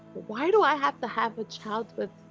why do i have to have a. child with